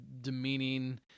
demeaning